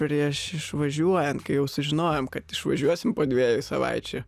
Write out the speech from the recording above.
prieš išvažiuojant kai jau sužinojom kad išvažiuosim po dviejų savaičių